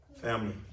Family